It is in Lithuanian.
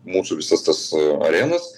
mūsų visas tas arenas